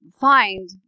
find